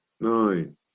nine